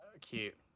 cute